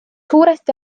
suurest